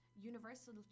universal